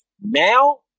Now